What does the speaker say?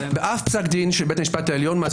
באף פסק דין של בית המשפט העליון מאז